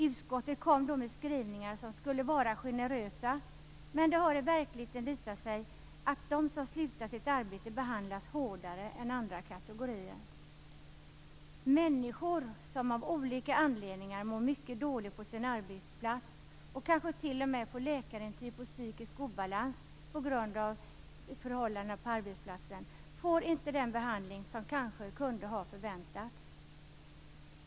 Utskottet kom då med skrivningar som skulle vara generösa, men det har i verkligheten visat sig att de som slutar sitt arbete behandlas hårdare än andra kategorier. Människor som av olika anledningar mår mycket dåligt på sin arbetsplats och kanske t.o.m. får läkarintyg om psykisk obalans på grund av förhållanden på arbetsplatsen får inte den behandling som kanske kunde ha förväntats.